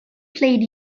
played